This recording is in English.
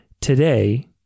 today